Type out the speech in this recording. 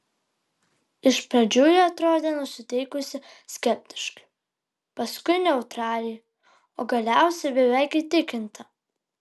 iš pradžių ji atrodė nusiteikusi skeptiškai paskui neutraliai o galiausiai beveik įtikinta